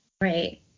Right